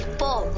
four